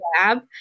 lab